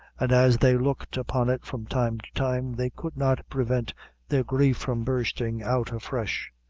and as they looked upon it from time to time, they could not prevent their grief from bursting out afresh.